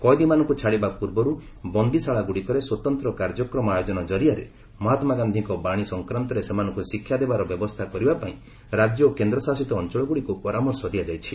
କଏଦୀମାନଙ୍କୁ ଛାଡ଼ିବା ପୂର୍ବରୁ ବନ୍ଦୀଶାଳାଗୁଡ଼ିକରେ ସ୍ପତନ୍ତ୍ର କାର୍ଯ୍ୟକ୍ମ ଆୟୋଜନ ଜରିଆରେ ମହାତ୍ରା ଗାନ୍ଧିଙ୍କ ବାଣୀ ସଂକ୍ୱାନ୍ତରେ ସେମାନଙ୍କୁ ଶିକ୍ଷା ଦେବାର ବ୍ୟବସ୍ଥା କରିବା ପାଇଁ ରାଜ୍ୟ ଓ କେନ୍ଦ୍ ଶାସିତ ଅଞ୍ଚଳଗ୍ରଡ଼ିକ୍ ପରାମର୍ଶ ଦିଆଯାଇଛି